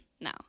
now